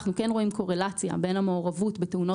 אנחנו כן רואים קורלציה בין המעורבות בתאונות